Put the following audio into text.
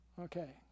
Okay